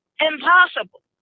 impossible